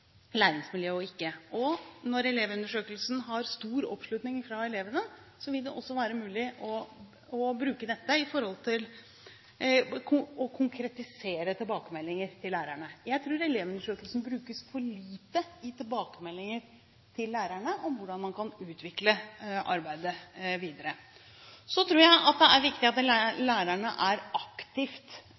og hva som ikke er det. Når Elevundersøkelsen har stor oppslutning blant elevene, vil det også være mulig å bruke dette når det gjelder å konkretisere tilbakemeldinger til lærerne. Jeg tror Elevundersøkelsen brukes for lite i tilbakemeldinger til lærerne med hensyn til hvordan man kan utvikle arbeidet videre. Så tror jeg at det er viktig at lærerne er aktivt